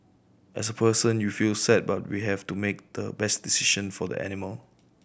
as person you feel sad but we have to make the best decision for the animal